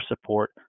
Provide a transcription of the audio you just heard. support